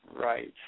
Right